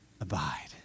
Abide